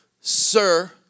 sir